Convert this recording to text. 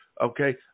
okay